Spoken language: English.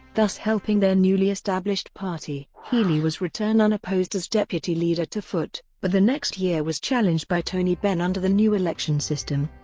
thus helping their newly established party. healey was returned unopposed as deputy leader to foot, but the next year was challenged by tony benn under the new election system,